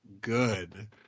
good